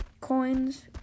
Coins